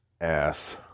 ass